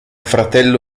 fratello